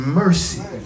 mercy